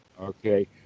Okay